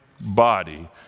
body